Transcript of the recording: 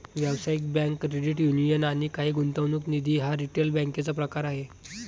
व्यावसायिक bank, credit union आणि काही गुंतवणूक निधी हा रिटेल बँकेचा प्रकार आहे